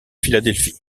philadelphie